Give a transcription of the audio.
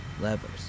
levers